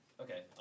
Okay